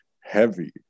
heavy